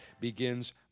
begins